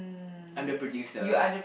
I'm the producer